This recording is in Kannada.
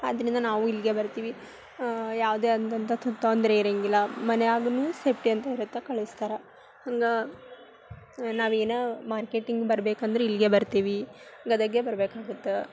ಆದ್ದರಿಂದ ನಾವು ಇಲ್ಲಿಗೆ ಬರ್ತೀವಿ ಯಾವುದೇ ಆದಂಥ ತೊಂದರೆ ಇರಂಗಿಲ್ಲ ಮನೆ ಆದರೂನು ಸೇಫ್ಟಿಯಂತ ಇರುತ್ತೆ ಕಳಿಸ್ತಾರೆ ಹಂಗೆ ನಾವು ಏನು ಮಾರ್ಕೆಟಿಂಗ್ ಬರ್ಬೇಕಂದ್ರಿ ಇಲ್ಗೆ ಬರ್ತಿವಿ ಗದಗ್ಗೆ ಬರ್ಬೇಕಾಗುತ್ತೆ